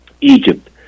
Egypt